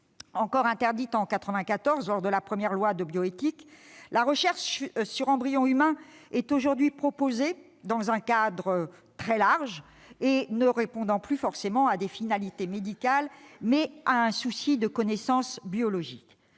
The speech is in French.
Encore interdite en 1994, en vertu des premières lois de bioéthique, la recherche sur embryons humains est aujourd'hui proposée dans un cadre très large. Elle répond non plus forcément à des buts médicaux, mais à un souci de connaissance biologique.